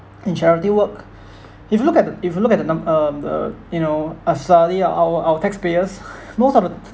in charity work if you look at the if you look at the num~ um the you know a study of our our taxpayers most of the